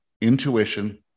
intuition